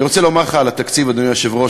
אני רוצה לומר לך על התקציב, אדוני היושב-ראש,